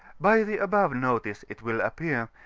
by the above notice it will appear,